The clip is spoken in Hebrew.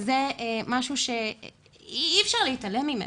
משהו שכבר אי אפשר להתעלם ממנו,